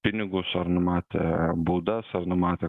pinigus ar numatė baudas ar numatė